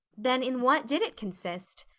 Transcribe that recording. then in what did it consist?